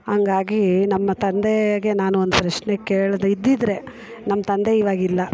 ಹಂಗಾಗಿ ನಮ್ಮ ತಂದೆಗೆ ನಾನು ಒಂದು ಪ್ರಶ್ನೆ ಕೇಳ್ದೆ ಇದ್ದಿದ್ದರೆ ನಮ್ಮ ತಂದೆ ಇವಾಗ ಇಲ್ಲ